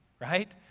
right